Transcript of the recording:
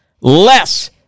less